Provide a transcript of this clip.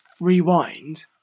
rewind